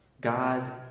God